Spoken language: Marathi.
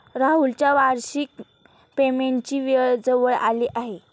राहुलच्या वार्षिक पेमेंटची वेळ जवळ आली आहे